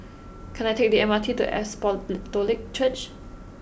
can I take the M R T to Apostolic Church